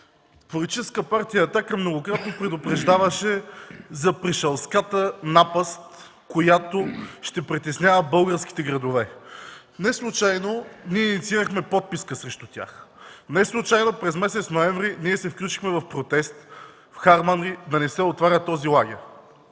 Политическа партия „Атака” многократно предупреждаваше за пришълката напаст, която ще притеснява българските градове. Неслучайно ние инициирахме подписка срещу тях. Неслучайно през месец ноември се включихме в протест в Харманли – да не се отваря този лагер.